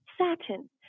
satin